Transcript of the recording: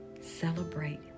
celebrate